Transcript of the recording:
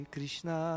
Krishna